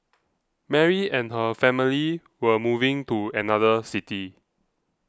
Mary and her family were moving to another city